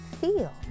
feel